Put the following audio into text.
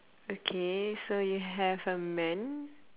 okay so you have a man